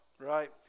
Right